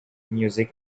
music